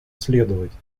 следовать